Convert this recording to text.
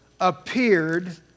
appeared